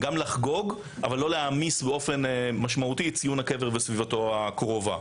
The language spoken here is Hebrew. לחגוג אבל לא להעמיס באופן משמעותי את ציון הקבר וסביבתו הקרובה.